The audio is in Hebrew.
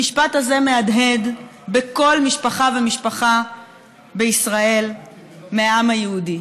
המשפט הזה מהדהד בכל משפחה ומשפחה בישראל מהעם היהודי.